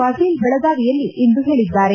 ಪಾಟೀಲ್ ಬೆಳಗಾವಿಯಲ್ಲಿಂದು ಹೇಳಿದ್ದಾರೆ